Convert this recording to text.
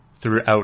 throughout